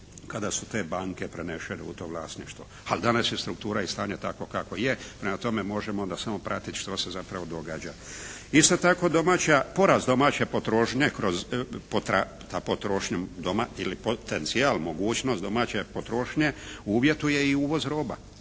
kada su te banke prenešene u to vlasništvo. Ali danas je struktura i stanje takvo kakvo je, prema tome možemo onda samo pratiti što se zapravo događa. Isto tako porast domaće potrošnje kroz, potrošnjom ili potencijal mogućnost domaće potrošnje uvjetuje i uvoz roba